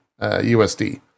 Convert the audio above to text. USD